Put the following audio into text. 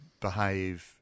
behave